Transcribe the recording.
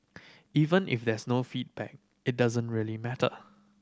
even if there's no feedback it doesn't really matter